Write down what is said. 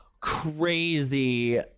crazy